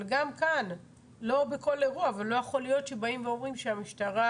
לא יכול להיות שבאים ואומרים שהמשטרה